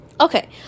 okay